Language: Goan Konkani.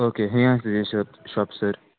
ओके हें आसा ते शॉप शॉप सर